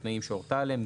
ובתנאים שהורתה עליהם.